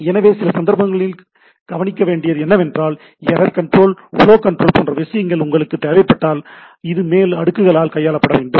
எனவே சில சந்தர்ப்பங்களில் கவனிக்கவேண்டியது என்னவென்றால் எர்ரர் கண்ட்ரோல் ஃப்ளோ கண்ட்ரோல் போன்ற விஷயங்கள் உங்களுக்குத் தேவைப்பட்டால் இது மேல் அடுக்குகளால் கையாளப்பட வேண்டும்